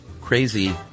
crazy